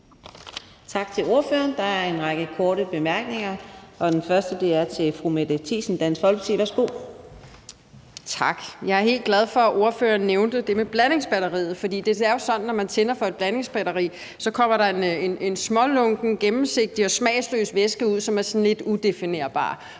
Tak til ordføreren. Der er en række korte bemærkninger, og den første er til fru Mette Thiesen, Dansk Folkeparti. Værsgo. Kl. 16:06 Mette Thiesen (DF): Tak. Jeg er helt glad for, at ordføreren nævnte det med blandingsbatteriet, for det er jo sådan, når man tænder for et blandingsbatteri, at der så kommer en smålunken, gennemsigtig og smagsløs væske ud, som er sådan lidt udefinerbar,